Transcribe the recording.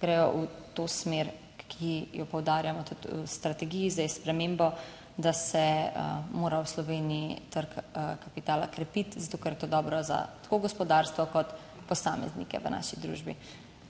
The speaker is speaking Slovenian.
gredo v to smer, ki jo poudarjamo tudi v strategiji za spremembo, da se mora v Sloveniji trg kapitala krepiti, zato, ker je to dobro za tako gospodarstvo kot posameznike v naši družbi.